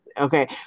okay